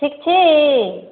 ठीक छी